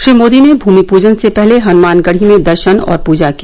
श्री मोदी ने भूमि पूजन से पहले हनुमानगढ़ी में दर्शन और पूजा की